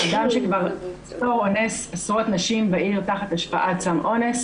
אדם שכבר אותו אונס עשרות נשים בעיר תחת השפעת סם אונס.